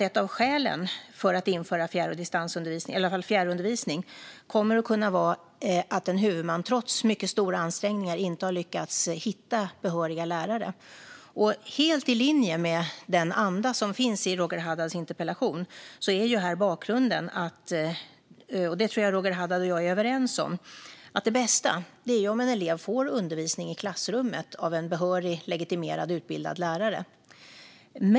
Ett av skälen till att införa fjärrundervisning är att en del huvudmän trots stora ansträngningar inte har lyckats hitta behöriga lärare. Helt i linje med andan i Roger Haddads interpellation är bakgrunden att det bästa är om en elev får undervisning i klassrummet av en behörig, legitimerad och utbildad lärare. Detta tror jag att Roger Haddad och jag är överens om.